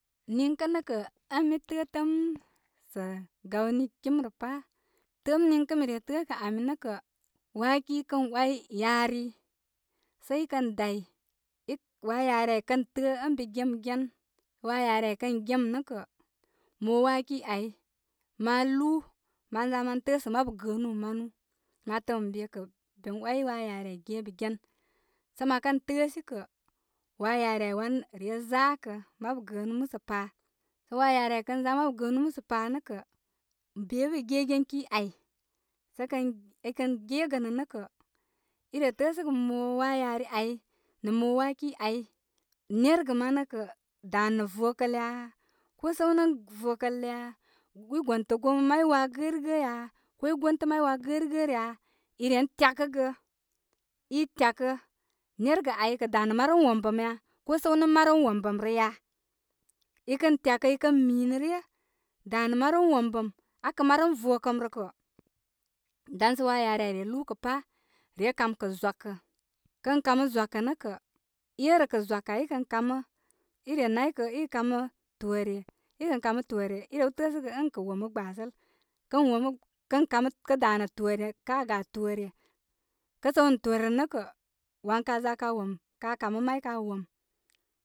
Niŋkə' nə' kə' ən mi təə tə'ə'm sə' gawni kim rə pā tə'ə'm niŋkə' mi re tə'ə'kə ami nə' kə, waaki kən oy yari, sə i kən day waari ai kən tə'ə, ən be gemgen, waari ai kən gem nə'kə', mo waaki ai, ma lūū ma za ma təə'sə mabu gəə manu ma tə'ə' mə be kə' ben way waayari kə' gebegen so makə təəsi kə, waa yari ai wan re zakə- mabu gəənu musə pa sə waa yari ai kən za mabu gəənu musəpa nə kə', be bə' be gegen ki ai sə' i kən gegənə nə kə, i təəsəgə mo waa yari ai nə' mo waaki ai, nergə manə' kə danə vokəl ya ko səw nə' vokəl tə ya i gontəgon may waa gərigə' ko i gontə may waa gərigə' rəya i ren tyakəgə, i tyako nergə ai səw nə' marəm wombəm ya ko səw nə' marəm wombəm ya ko səw nə' marəm wombəm rə ya i marəm wombəm akə marəm vokəm rə kə' dan sə waa yari ai re lūūkə pa' re kamkə zwakə kə kamə zwakə nə' kə', erə kə gwakə ai i kə kamə, i re naykə i kamə toore i kən kamə toore, i rew təəsəgatuarn ən kə womə gbaasəl kən womə kən kamə kə danə toore, ka ga tooore kə səw nə' toore rə nə kə wan ka za ka wom, ka kamə may ka za ka wom.